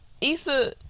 Issa